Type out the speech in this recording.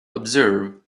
observe